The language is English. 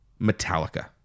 Metallica